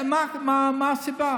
שבוע כמה פעמים במקום אחר.